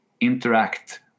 interact